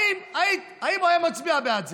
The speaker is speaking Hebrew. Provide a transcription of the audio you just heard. האם הוא היה מצביע בעד זה?